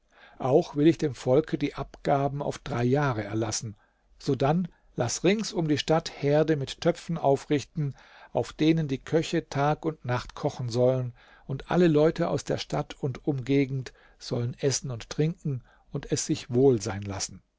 auch will ich dem volke die abgaben auf drei jahre erlassen sodann laß rings um die stadt herde mit töpfen aufrichten auf denen die köche tag und nacht kochen sollen und alle leute aus der stadt und umgegend sollen essen und trinken und es sich wohl sein lassen